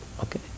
Okay